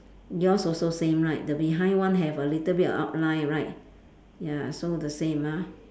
yours also same right the behind one have a little bit outline right ya so the same ah